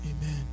Amen